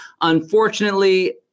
unfortunately